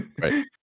Right